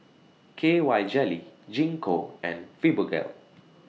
K Y Jelly Gingko and Fibogel